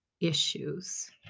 issues